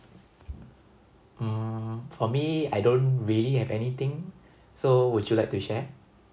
mm for me I don't really have anything so would you like to share